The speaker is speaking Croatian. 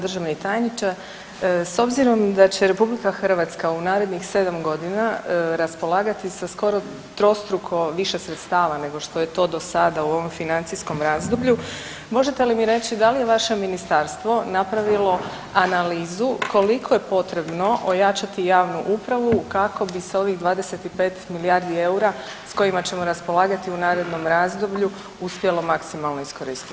Državni tajniče s obzirom da će Republika Hrvatska u narednih 7 godina raspolagati sa skoro trostruko više sredstava nego što je to do sada u ovom financijskom razdoblju možete li mi reći da li je vaše ministarstvo napravilo analizu koliko je potrebno ojačati javnu upravu kako bi se ovih 25 milijardi eura s kojima ćemo raspolagati u narednom razdoblju uspjelo maksimalno iskoristiti.